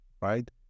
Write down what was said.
Right